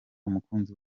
umukunzi